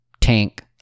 tank